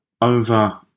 over